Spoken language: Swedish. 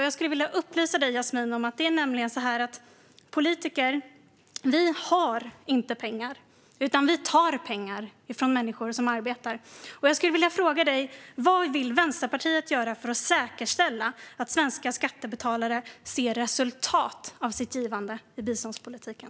Jag skulle vilja upplysa dig, Yasmine, om att vi politiker inte har pengar. Vi tar pengar från människor som arbetar. Jag skulle vilja fråga dig: Vad vill Vänsterpartiet göra för att säkerställa att svenska skattebetalare får se resultat av sitt givande i biståndspolitiken?